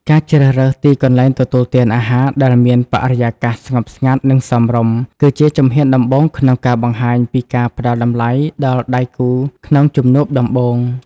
ការជ្រើសរើសទីកន្លែងទទួលទានអាហារដែលមានបរិយាកាសស្ងប់ស្ងាត់ និងសមរម្យ គឺជាជំហានដំបូងក្នុងការបង្ហាញពីការផ្ដល់តម្លៃដល់ដៃគូក្នុងជំនួបដំបូង។